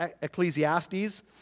Ecclesiastes